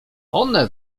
one